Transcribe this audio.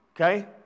okay